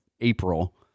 April